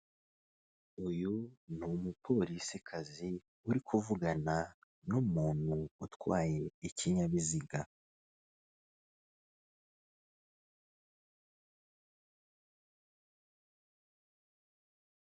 Uyu ni umupolisikazi uri kuvugana n'umuntu utwaye ikinyabiziga.